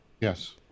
yes